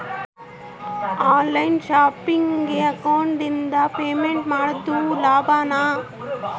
On line ಶಾಪಿಂಗಿಗೆ ಅಕೌಂಟಿಂದ payment ಮಾಡೋದು ಲಾಭಾನ?